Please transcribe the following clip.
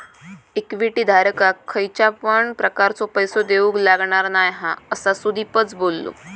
equity धारकाक खयच्या पण प्रकारचो पैसो देऊक लागणार नाय हा, असा सुदीपच बोललो